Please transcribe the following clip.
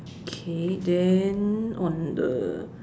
okay then on the